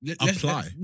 Apply